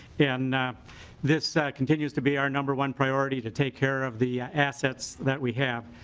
and this continues to be our number one priority to take care of the assets that we have.